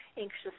anxious